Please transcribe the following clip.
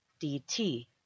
DT